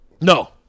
no